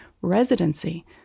residency